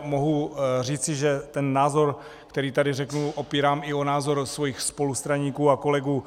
Mohu říci, že názor, který tady řeknu, opírám i o názor svých spolustraníků a kolegů.